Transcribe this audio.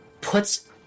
puts